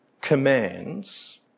commands